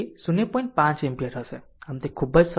5 ampere હશે આમ તે ખૂબ જ સરળ છે